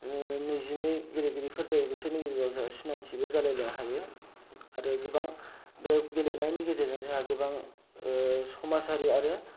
नैजिनै गेलेगिरिफोर जायो बिसोरनि गेजेराव जोंहा सिनायथिबो जालायलायनो हायो आरो गोबां बे गेलेनायनि गेजेरजों जोंहा गोबां समाजारि आरो